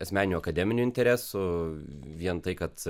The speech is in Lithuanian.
asmeninių akademinių interesų vien tai kad